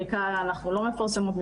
חלקה אנחנו לא מפרסמות,